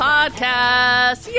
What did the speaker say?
Podcast